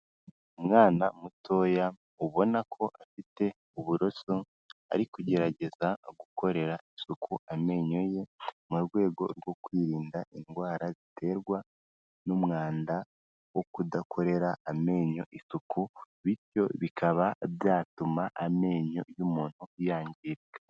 Umwana mutoya ubona ko afite uburoso ari kugerageza gukorera isuku amenyo ye mu rwego rwo kwirinda indwara ziterwa n'umwanda wo kudakorera amenyo isuku bityo bikaba byatuma amenyo y'umuntu yangirika.